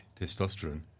Testosterone